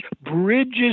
bridges